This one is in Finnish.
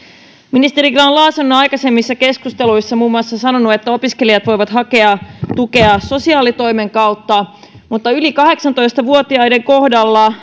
ministeri grahn laasonen on aikaisemmissa keskusteluissa sanonut muun muassa että opiskelijat voivat hakea tukea sosiaalitoimen kautta mutta yli kahdeksantoista vuotiaiden kohdalla